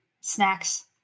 snacks